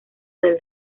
del